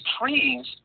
trees